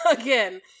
again